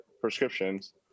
prescriptions